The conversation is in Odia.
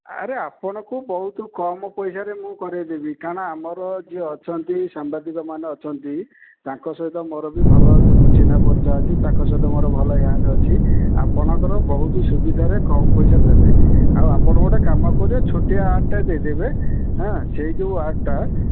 ଆରେ ଆପଣଙ୍କୁ ବହୁତ କମ୍ ପାଇସାରେ ମୁଁ କରାଇଦେବି କାରଣ ଆମର ଯିଏ ଅଛନ୍ତି ସାମ୍ବାଦିକମାନେ ଅଛନ୍ତି ତାଙ୍କ ସହିତ ବି ମୋର ଭଲ ଚିହ୍ନାପରିଚ ଅଛି ତାଙ୍କ ସହିତ ମୋର ଭଲ ୟାନ ଅଛି ଆପଣଙ୍କର ବହୁତ ସୁବିଧାରେ କମ୍ ପଇସାରେ ଦେବେ ଆଉ ଆପଣ ଗୋଟେ କାମ କରିବେ ଛୋଟିଆ ଆଡ଼୍ଟେ ଦେଇଦେବେ ହାଁ ସେହି ଯେଉଁ ଆଡ଼୍ଟା